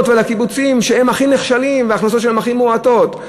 ועל הקיבוצים שהם הכי נחשלים וההכנסות שלהם הכי מועטות.